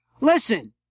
Listen